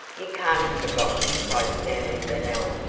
you can't have forgotten, cried stanley burnell.